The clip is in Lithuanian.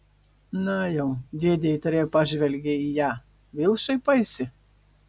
na jau dėdė įtariai pažvelgė į ją vėl šaipaisi